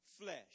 flesh